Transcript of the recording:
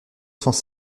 sans